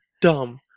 dumb